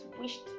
wished